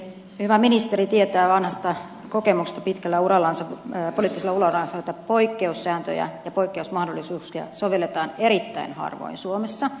hyvä ministeri tietää vanhasta kokemuksesta pitkällä poliittisella urallansa että poikkeussääntöjä ja poikkeusmahdollisuuksia sovelletaan erittäin harvoin suomessa